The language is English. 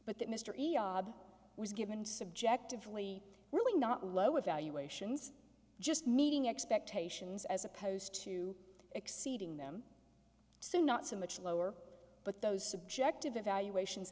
but that mystery ob was given subjectively really not low evaluations just meeting expectations as opposed to exceeding them so not so much lower but those subjective evaluation